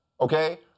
okay